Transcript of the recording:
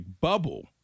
bubble